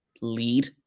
lead